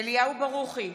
אליהו ברוכי,